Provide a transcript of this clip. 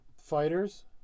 fighters